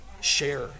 share